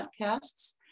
podcasts